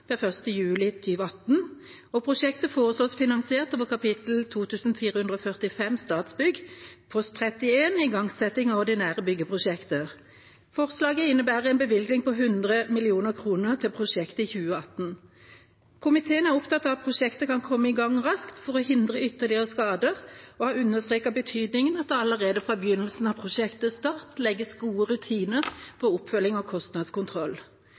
juli 2018, og prosjektet foreslås finansiert over kap. 2445 Statsbygg, post 31 Igangsetting av ordinære byggeprosjekter. Forslaget innebærer en bevilgning på 100 mill. kr til prosjektet i 2018. Komiteen er opptatt av at prosjektet kan komme i gang raskt for å hindre ytterligere skade, og har understreket betydningen av at det allerede fra begynnelsen av prosjektstart legges gode rutiner for oppfølging og kostnadskontroll.